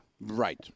Right